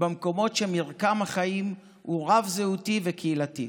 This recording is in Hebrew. במקומות שמרקם החיים בהם הוא רב-זהותי וקהילתי.